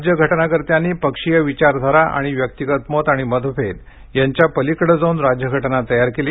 राज्य घटनाकर्त्यांनी पक्षीय विचारधारा आणि व्यक्तिगत मत आणि मतभेद यांच्या पलीकडे जाऊन राज्यघटना तयार केली